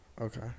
Okay